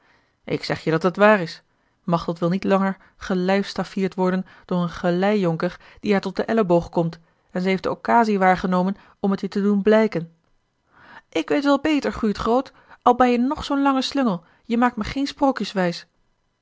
ik zeg je dat het waar is machteld wil niet langer gelijfstaffierd worden door een geleijonker die haar tot den elleboog komt en zij heeft de occasie waargenomen om het je te doen blijken ik weet wel beter guurt groot al ben jij nog zoo'n lange slungel je maakt mij geen sprookjes wijs